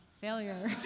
failure